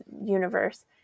universe